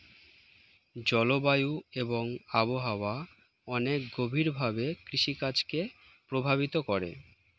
জলবায়ু এবং আবহাওয়া অনেক গভীরভাবে কৃষিকাজ কে প্রভাবিত করে